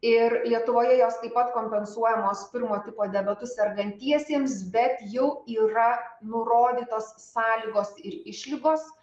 ir lietuvoje jos taip pat kompensuojamos pirmo tipo diabetu sergantiesiems bet jau yra nurodytos sąlygos ir išlygos